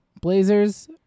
Blazers